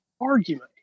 argument